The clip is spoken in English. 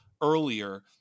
earlier